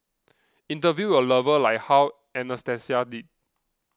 interview your lover like how Anastasia did